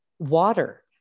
Water